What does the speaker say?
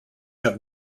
have